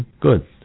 Good